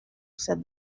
said